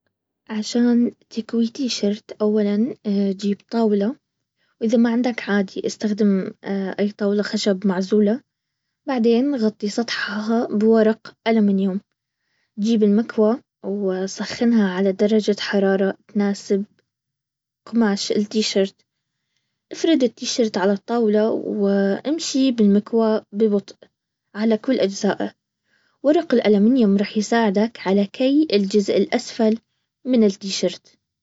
عشان تكوي تيشرت اولا جيب طاولة. واذا ما عندك عادي استخدم اي طاولة خشب معزولة. بعدين نغطي سطحها بورق المنيوم. تجيب المكواة وسخنها على درجة حرارة تناسب قماش التيشيرت افرد التيشيرت على الطاولة وامشي ببطء على كل اجزاءه ، ورق الالمنيوم رح يساعدك على كي الجزء الاسفل من التيشيرت